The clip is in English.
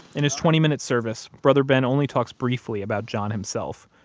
in his twenty minute service, brother ben only talks briefly about john himself.